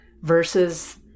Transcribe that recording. Versus